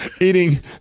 eating